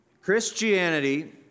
Christianity